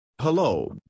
Hello